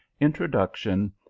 Introduction